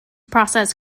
process